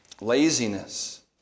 laziness